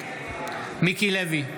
מיקי לוי,